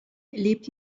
lebt